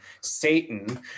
Satan